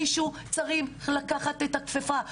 מישהו צריך לקחת את הכפפה.